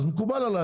אז מקובל עלי,